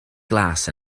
glas